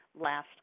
last